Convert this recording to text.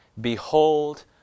Behold